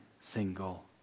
single